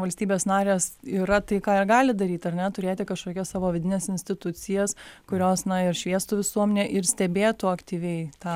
valstybės narės yra tai ką jie gali daryti ar ne turėti kažkokias savo vidines institucijas kurios na ir šviestų visuomenę ir stebėtų aktyviai tą